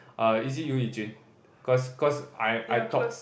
uh is it you Yi-Jun cause cause I I talk